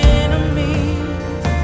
enemies